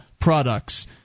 products